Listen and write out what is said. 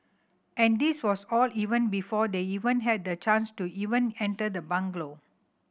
and this was all even before they even had the chance to even enter the bungalow